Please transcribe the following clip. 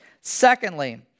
Secondly